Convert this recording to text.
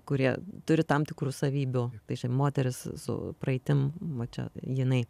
kurie turi tam tikrų savybių tai šiaip moteris su praeitim va čia jinai